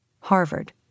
Harvard